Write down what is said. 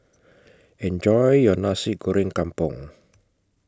Enjoy your Nasi Goreng Kampung